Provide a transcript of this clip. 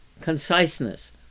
conciseness